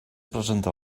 presentar